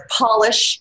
polish